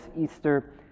Easter